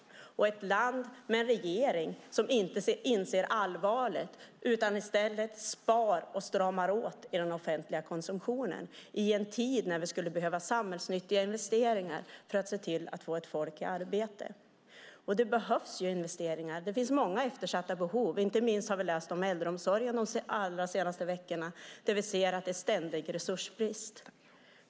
Det är ett land med en regering som inte inser allvaret utan sparar och stramar åt i den offentliga konsumtionen i en tid då vi i stället skulle behöva samhällsnyttiga investeringar för att få folk i arbete. Det behövs investeringar. Det finns många eftersatta behov. Inte minst har vi de senaste veckorna läst om äldreomsorgen där det är ständig resursbrist.